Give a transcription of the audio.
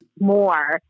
more